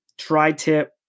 tri-tip